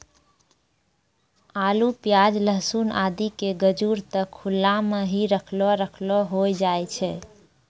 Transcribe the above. आलू, प्याज, लहसून आदि के गजूर त खुला मॅ हीं रखलो रखलो होय जाय छै